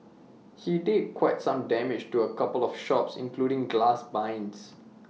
he did quite some damage to A couple of shops including glass blinds